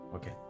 Okay